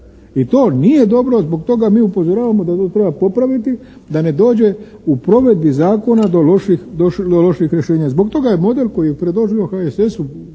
i to nije dobro. Zbog toga mi upozoravamo da to treba popraviti da ne dođe u provedbi zakona do loših rješenja. Zbog toga je model koji je predložio HSS